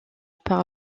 par